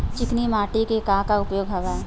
चिकनी माटी के का का उपयोग हवय?